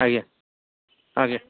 ଆଜ୍ଞା ଆଜ୍ଞା